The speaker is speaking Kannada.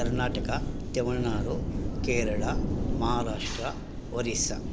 ಕರ್ನಾಟಕ ತಮಿಳ್ನಾಡು ಕೇರಳ ಮಹಾರಾಷ್ಟ್ರ ಒರಿಸ್ಸಾ